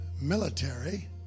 military